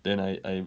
then I I